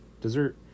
dessert